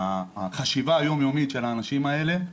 החשיבה היום יומית של האנשים האלה,